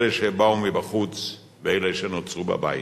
אלה שבאו מבחוץ ואלה שנוצרו בבית.